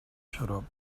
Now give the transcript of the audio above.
xarop